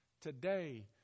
today